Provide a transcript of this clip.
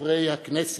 וחברי הכנסת,